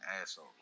asshole